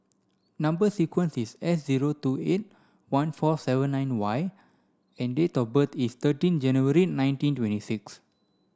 number sequence is S zero two eight one four seven nine Y and date of birth is thirteen January nineteen twenty six